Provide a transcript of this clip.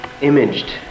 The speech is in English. imaged